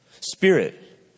Spirit